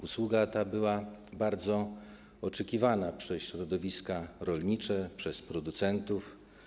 Usługa ta była bardzo oczekiwana przez środowiska rolnicze, przez producentów.